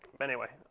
anyway,